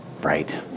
Right